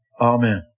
Amen